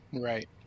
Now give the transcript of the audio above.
Right